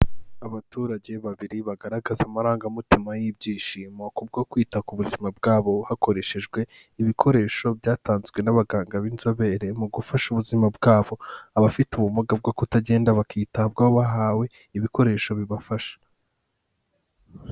Abaturage babiri bagaragaza amarangamutima y'ibyishimo, kubwo kwita ku buzima bwabo hakoreshejwe ibikoresho byatanzwe n'abaganga b'inzobere mu gufasha ubuzima bwabo, abafite ubumuga bwo kutagenda bakitabwaho bahawe ibikoresho bibafasha.